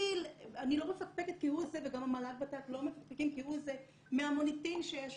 אני לא מפקפקת כהוא זה וגם המל"/ות"ת לא מפקפקים כהוא זה מהמוניטין שיש